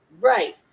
Right